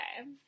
Okay